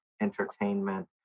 entertainment